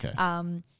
Okay